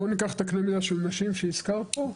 בוא ניקח את קנה המידה של נשים שהזכרת פה,